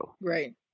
right